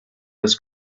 this